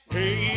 Hey